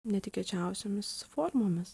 netikėčiausiomis formomis